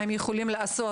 מה הם יכולים לעשות?